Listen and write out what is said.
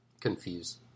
confuse